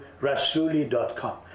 rasuli.com